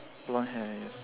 blonde hair yes